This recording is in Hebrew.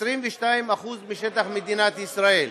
22% משטח מדינת ישראל,